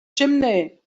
chimney